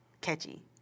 catchy